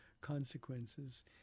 consequences